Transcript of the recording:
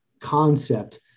concept